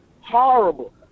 horrible